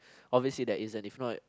obviously there isn't if not